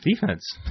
defense